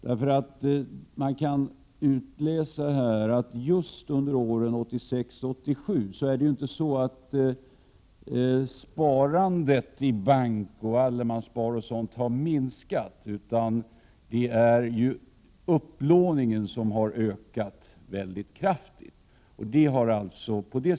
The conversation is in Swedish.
Just under år 1986 och 1987 kan man utläsa att sparandet i bank, allemanssparande o.d. inte har minskat, utan det är upplåningen som har ökat väsentligt.